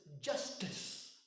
justice